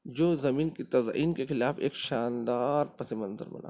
جو زمین کی تزئین کے خلاف ایک شاندار پس منظر بناتا ہے